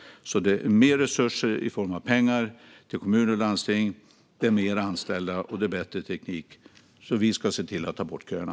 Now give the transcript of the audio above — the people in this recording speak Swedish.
Med hjälp av mer resurser i form av pengar till kommuner och landsting, mer anställda och bättre teknik ska vi se till att ta bort köerna.